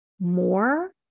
more